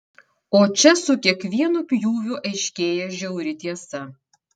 o čia su kiekvienu pjūviu aiškėja žiauri tiesa